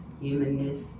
humanness